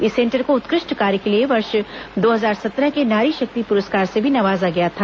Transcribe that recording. इस सेंटर को उल्कृष्ट कार्य के लिए वर्ष दो हजार सत्रह के नारी शक्ति पुरस्कार से भी नवाजा गया था